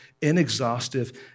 inexhaustive